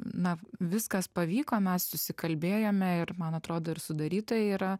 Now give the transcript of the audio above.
na viskas pavyko mes susikalbėjome ir man atrodo ir sudarytojai yra